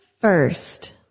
first